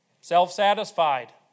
self-satisfied